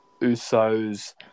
Usos